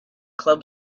club